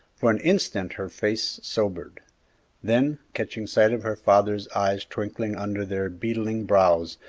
for an instant her face sobered then catching sight of her father's eyes twinkling under their beetling brows,